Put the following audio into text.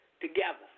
together